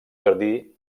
jardí